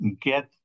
get